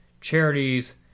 Charities